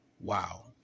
Wow